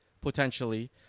potentially